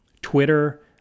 Twitter